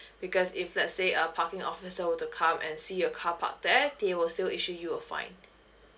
because if let's say a parking officer were to come and see your car park there they will still issue you a fine